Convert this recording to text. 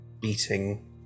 beating